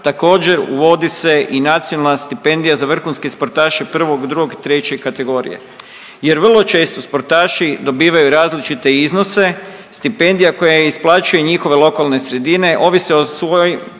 također uvodi se i nacionalna stipendija za vrhunske sportaše prvog, drugog i treće kategorije jer vrlo često sportaši dobivaju različite iznose, stipendija koju im isplaćuju njihove lokalne sredine ovise o svojim